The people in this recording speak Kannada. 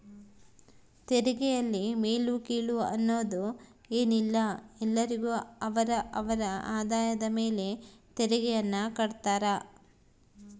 ತೆರಿಗೆಯಲ್ಲಿ ಮೇಲು ಕೀಳು ಅನ್ನೋದ್ ಏನಿಲ್ಲ ಎಲ್ಲರಿಗು ಅವರ ಅವರ ಆದಾಯದ ಮೇಲೆ ತೆರಿಗೆಯನ್ನ ಕಡ್ತಾರ